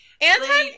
Anton